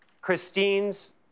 Christine's